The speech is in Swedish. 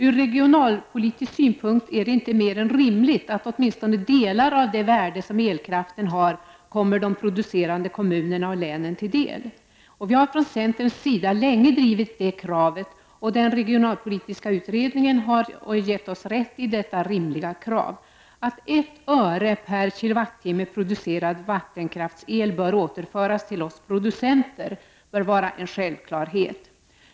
Ur regionalpolitisk synpunkt är det inte mer än rimligt att åtminstone delar av det värde som elkraften har kommer de producerande kommunerna och länen till del. Vi har från centerns sida länge drivit det kravet, och den regionalpolitiska utredningen har gett oss rätt i detta rimliga krav. Att 1 öre/kWh producerad vattenkraftsel bör återföras till oss producenter bör vara en självklarhet.